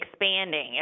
expanding